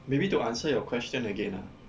maybe to answer your question again ah